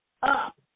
up